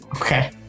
Okay